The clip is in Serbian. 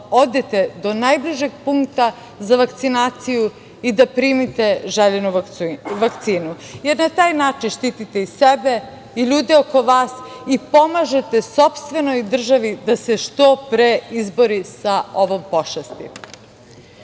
odete do najbližeg punkta za vakcinaciju i da primite željenu vakcinu. Na taj način štitite i sebe i ljude oko vas i pomažete sopstvenoj državi da se što pre izbori sa ovom pošasti. Kada